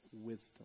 wisdom